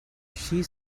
she